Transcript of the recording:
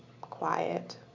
quiet